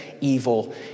Evil